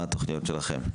מה התכניות שלכם?